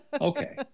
Okay